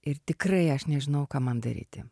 ir tikrai aš nežinojau ką man daryti